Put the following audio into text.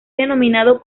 denominado